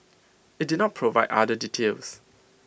IT did not provide other details